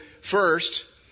first